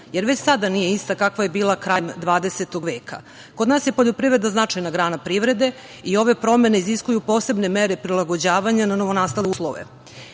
jer već sada nije ista kakva je bila krajem 20. veka. Kod nas je poljoprivreda značajna grana privrede i ove promene iziskuju posebne mere prilagođavanja na novonastale uslove.